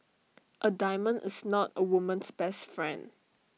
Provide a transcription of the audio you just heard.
A diamond is not A woman's best friend